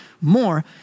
more